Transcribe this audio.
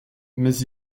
mais